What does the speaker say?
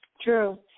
True